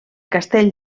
castell